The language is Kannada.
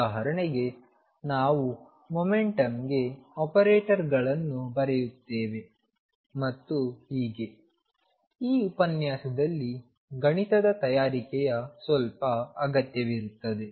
ಉದಾಹರಣೆಗೆ ನಾವು ಮೊಮೆಂಟಂಗೆ ಆಪರೇಟರ್ಗಳನ್ನು ಬರೆಯುತ್ತೇವೆ ಮತ್ತು ಹೀಗೆ ಈ ಉಪನ್ಯಾಸದಲ್ಲಿ ಗಣಿತದ ತಯಾರಿಕೆಯ ಸ್ವಲ್ಪ ಅಗತ್ಯವಿರುತ್ತದೆ